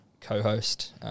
co-host